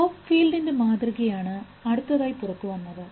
ഹോപ്ഫീൽഡിൻറെ മാതൃകയാണ് അടുത്തതായി പുറത്തുവന്നത്